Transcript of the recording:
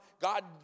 God